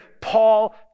Paul